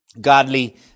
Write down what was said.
godly